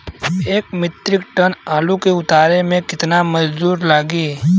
एक metric ton आलू के उतारे मे कितना मजदूर लागि?